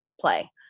play